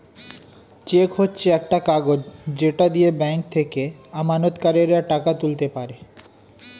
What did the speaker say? check হচ্ছে একটা কাগজ যেটা দিয়ে ব্যাংক থেকে আমানতকারীরা টাকা তুলতে পারে